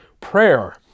prayer